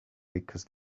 because